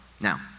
Now